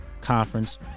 Conference